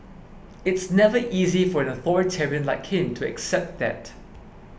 it's never easy for an authoritarian like him to accept that